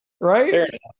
right